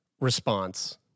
response